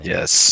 Yes